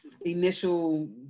initial